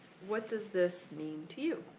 what does this mean to you?